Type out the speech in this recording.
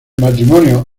matrimonio